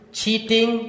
cheating